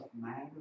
matter